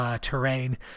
terrain